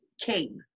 came